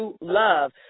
love